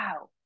wow